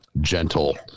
gentle